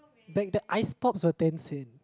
back then ice pop was ten cents